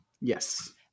yes